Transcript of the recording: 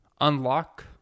unlock